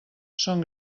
són